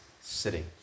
sitting